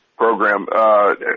Program